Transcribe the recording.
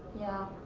yeah.